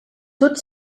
tot